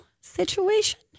situation